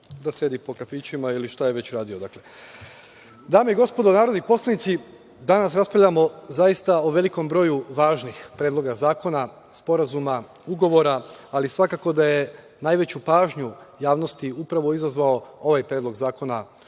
da sedi po kafićima ili šta je već radio. Dame i gospodo narodni poslanici, danas raspravljamo, zaista, o velikom broju važnih predloga zakona, sporazuma, ugovora ali svakako da je najveću pažnju javnosti, upravo izazvao ovaj Predlog zakona o